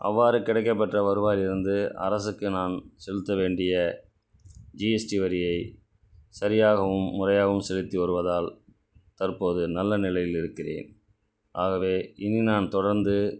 அவ்வாறு கிடைக்கப் பெற்ற வருவாயிலிருந்து அரசுக்கு நான் செலுத்த வேண்டிய ஜிஎஸ்டி வரியை சரியாகவும் முறையாகவும் செலுத்தி வருவதால் தற்போது நல்ல நிலையில் இருக்கிறேன் ஆகவே இனி நான் தொடர்ந்து